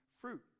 fruit